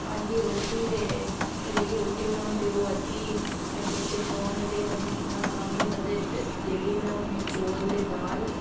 ते बाकी रोटी ते ओह् जेह्की रोटी बनांदे अद्धी ते बिच कुन ते गंद होंदा ते डोली बनाई ओड़ने चौल ते दाल